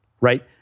right